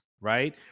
right